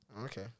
Okay